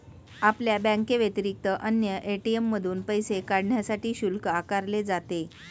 आपल्या बँकेव्यतिरिक्त अन्य ए.टी.एम मधून पैसे काढण्यासाठी शुल्क आकारले जाते